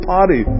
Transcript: Party